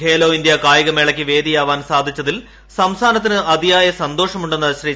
ഖേലോ ഇന്ത്യ്കായികമേളയ്ക്ക് വേദിയാവാൻ സാധിച്ചതിൽ സംസ്മൂനത്തിന് അതിയായ സന്തോഷമുണ്ടെന്ന് ശ്രീ